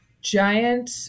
giant